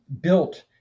built